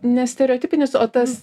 nestereotipinis o tas